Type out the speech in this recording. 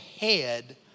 head